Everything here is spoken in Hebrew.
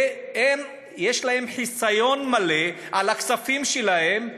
ויש להן חיסיון מלא על הכספים שלהן.